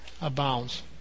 abounds